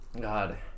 god